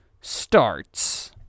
starts